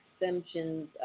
exemptions